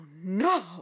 no